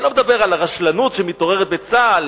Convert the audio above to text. אני לא מדבר על הרשלנות המתעוררת בצה"ל,